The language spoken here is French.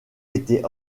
était